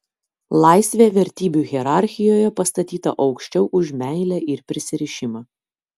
laisvė vertybių hierarchijoje pastatyta aukščiau už meilę ir prisirišimą